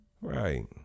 Right